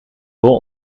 vol